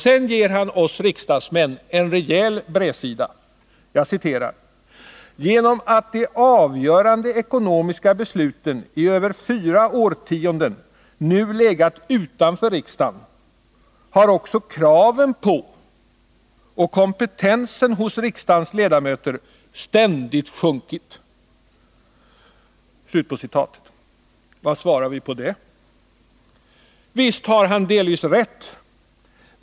Så ger han oss riksdagsmän en rejäl bredsida: ”Genom att de avgörande ekonomiska besluten i över fyra årtionden nu legat utanför riksdagen har också kraven på och kompetensen hos riksdagens ledamöter ständigt sjunkit.” Vad svarar vi på detta? Visst har han delvis rätt!